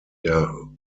der